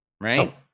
right